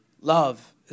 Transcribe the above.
Love